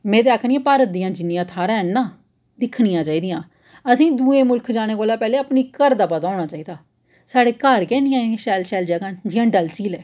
में ते आक्खनी आं भारत दियां जिन्नियां थाह्रां हैन न दिक्खनियां चाहिदियां असेंगी दूए मुल्ख जाने कोला पैह्ले अपने घर दा पता होना चाहिदा साढ़े घर गै इन्नियां इन्नियां शैल जगहां जि'यां डल झील ऐ